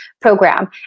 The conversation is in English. program